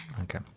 Okay